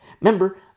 Remember